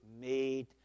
made